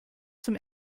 zum